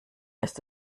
ist